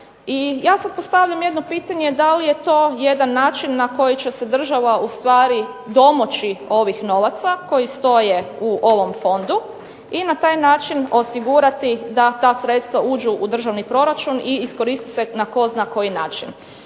ja sad postavljam jedno pitanje, da li je to jedan način na koji će se država ustvari domoći ovih novaca koji stoje u ovom fondu i na taj način osigurati da ta sredstva uđu u državni proračun i iskoriste se na tko zna koji način?